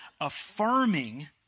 affirming